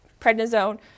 prednisone